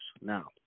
now